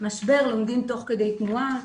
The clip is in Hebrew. משבר לומדים תוך כדי תנועה.